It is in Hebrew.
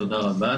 תודה רבה.